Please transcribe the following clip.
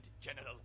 General